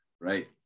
right